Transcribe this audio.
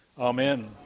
Amen